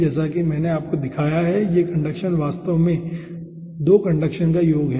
जैसा कि मैंने आपको दिखाया है कि यह कंडक्शन वास्तव में 2 कंडक्शन का योग है